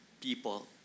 people